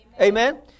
Amen